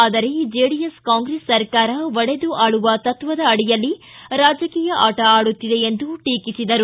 ಆದರೆ ಜೆಡಿಎಸ್ ಕಾಂಗ್ರೆಸ್ ಸರ್ಕಾರ ಒಡೆದು ಆಳುವ ತತ್ವದ ಅಡಿಯಲ್ಲಿ ರಾಜಕೀಯ ಆಟ ಆಡುತ್ತಿದೆ ಎಂದು ಟೀಕಿಸಿದರು